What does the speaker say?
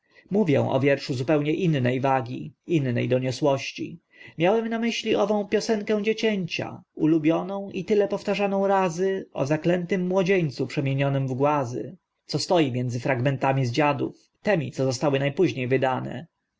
mówię o wierszu zupełnie inne wagi inne doniosłości miałem na myśli ową piosenkę dziecięcia ulubioną i tyle powtarzaną razy o zaklętym młodzieńcu przemienionym w głazy która stoi między fragmentami z dziadów tymi co zostały na późnie wydane